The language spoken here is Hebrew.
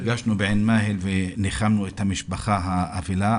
נפגשנו בעין מאהל וניחמנו את המשפחה האבלה,